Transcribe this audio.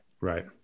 Right